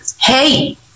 Hey